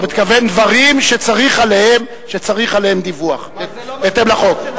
אתה מתכוון דברים שצריך עליהם דיווח בהתאם לחוק.